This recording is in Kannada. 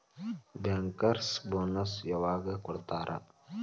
ಬ್ಯಾಂಕರ್ಸ್ ಬೊನಸ್ ಯವಾಗ್ ಕೊಡ್ತಾರ?